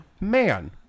Man